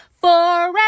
forever